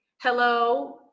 Hello